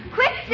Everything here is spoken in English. Quick